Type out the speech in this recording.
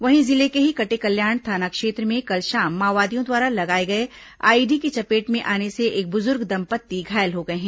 वहीं जिले के ही कटेकल्याण थाना क्षेत्र में कल शाम माओवादियों द्वारा लगाए गए आईईडी की चपेट में आने से एक बुजुर्ग दंपत्ति घायल हो गए हैं